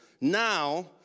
now